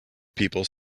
people